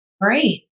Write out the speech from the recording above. Great